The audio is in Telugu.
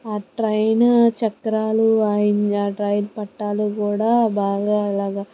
ఆ ట్రైను చక్రాలు ఆ రైలు పట్టాలు కూడా బాగా అలాగా